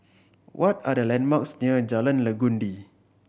what are the landmarks near Jalan Legundi